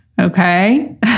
okay